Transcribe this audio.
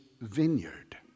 vineyard